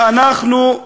נגמר הזמן.